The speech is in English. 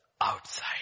outside